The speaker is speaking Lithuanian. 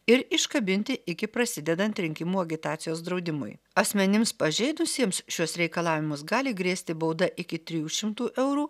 ir iškabinti iki prasidedant rinkimų agitacijos draudimui asmenims pažeidusiems šiuos reikalavimus gali grėsti bauda iki trijų šimtų eurų